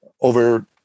over